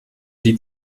die